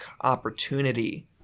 opportunity